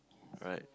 right